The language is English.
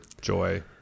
joy